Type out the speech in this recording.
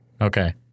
Okay